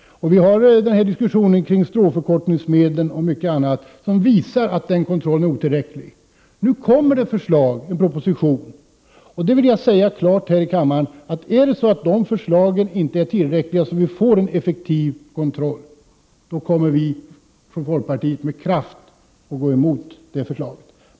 Vi har ju haft diskussioner om stråförkortningsmedel och mycket annat som visar att denna kontroll är otillräcklig. En proposition är emellertid aviserad. Och jag vill här i kammaren klart säga att om förslagen i denna proposition inte är så långtgående att vi kan få en effektiv kontroll, så kommer folkpartiet med kraft att gå emot förslaget.